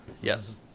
Yes